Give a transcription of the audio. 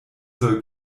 soll